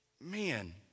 Man